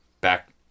back